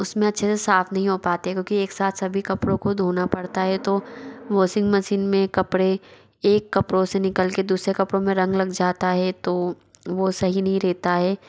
उसमैं अच्छे से साफ नहीं हो पाते है क्योंकि एक साथ सभी कपड़ों को धोना पड़ता है तो वासिंग मसीन में कपड़े एक कपड़ों से निकल के दूसरे कपड़ों में रंग लग जाता है तो वो सही नहीं रहता है